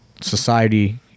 society